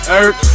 earth